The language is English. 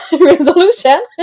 resolution